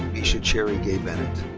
kimesha cherry gay bennett.